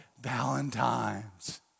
Valentines